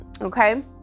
Okay